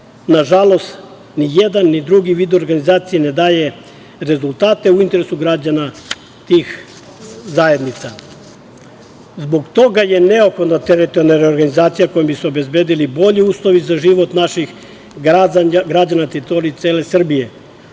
Nažalost, nijedan ni drugi vid organizacije ne daje rezultate u interesu građana tih zajednica. Zbog toga je neophodno teritorijalna reorganizacija kojom bi se obezbedili bolji uslovi za život naših građana na teritoriji cele Srbije.